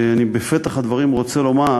אני בפתח הדברים רוצה לומר